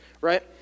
right